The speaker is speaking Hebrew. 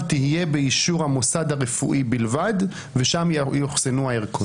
תהיה באישור המוסד הרפואי בלבד ושם יאוחסנו הערכות".